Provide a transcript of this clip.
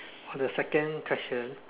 for the second question